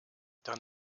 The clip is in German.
dann